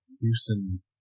Houston